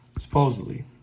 supposedly